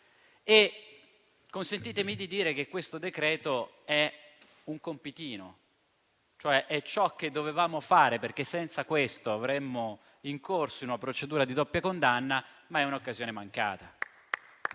Consentitemi di dire che questo decreto-legge è un compitino, è cioè ciò che dovevamo fare perché senza questo saremmo incorsi in una procedura di doppia condanna, ma è un'occasione mancata.